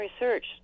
research